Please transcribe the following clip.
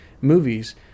movies